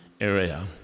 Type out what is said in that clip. area